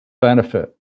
benefit